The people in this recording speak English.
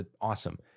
awesome